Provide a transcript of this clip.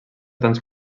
tants